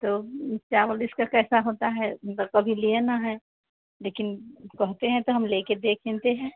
तो चावल इसका कैसा होता है हम तो कभी लिए न हैं लेकिन कहते हैं तो हम लेकर देखेंते हैं